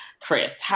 Chris